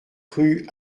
rue